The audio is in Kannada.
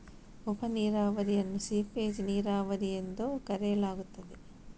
ಉಪ ನೀರಾವರಿಯನ್ನು ಸೀಪೇಜ್ ನೀರಾವರಿ ಎಂದೂ ಕರೆಯಲಾಗುತ್ತದೆ